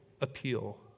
appeal